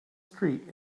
street